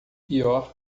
pior